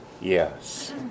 Yes